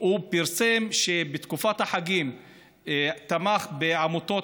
הוא פרסם שבתקופת החגים הוא תמך בעמותות